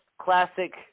Classic